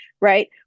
right